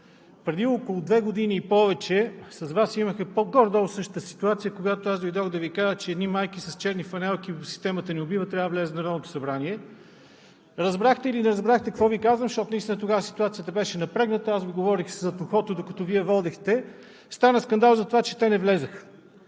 Преди около две и повече години с Вас имахме горе-долу същата ситуация, когато аз дойдох, за да Ви кажа, че едни майки с черни фанелки: „Системата ни убива“, трябва да влязат в Народното събрание. Разбрахте или не разбрахте какво Ви казвам, защото наистина тогава ситуацията беше напрегната и аз Ви говорих зад ухото, докато Вие водихте и стана скандал заради това, че те не влязоха.